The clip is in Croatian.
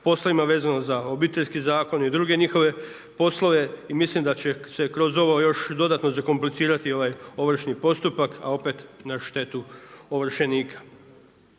poslovima vezano za Obiteljski zakon i druge njihove poslove i mislim da će se kroz ovo još dodatno zakomplicirati ovaj ovršni postupak, a opet na štetu ovršenika.